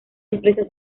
empresas